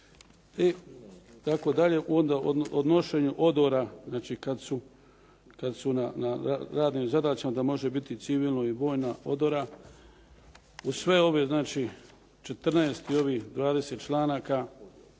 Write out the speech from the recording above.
itd. Onda o nošenju odora, kada su na radnim zadaćama da može biti civilna i vojna odora. Uz sve ove znači 14 i ovih 20 članaka